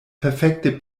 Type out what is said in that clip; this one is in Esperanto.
perfekte